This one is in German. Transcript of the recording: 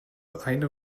eine